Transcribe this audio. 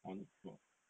on the twelve